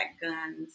guns